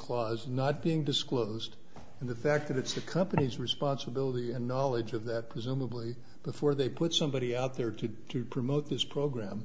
clause not being disclosed and the fact that it's the company's responsibility and knowledge of that presumably before they put somebody out there to promote this program